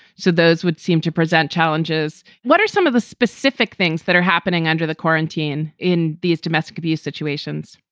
so those would seem to present challenges. what are some of the specific things that are happening under the quarantine in these domestic abuse situations?